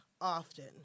often